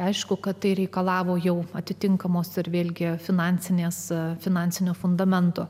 aišku kad tai reikalavo jau atitinkamos ir vėlgi finansinės es finansinio fundamento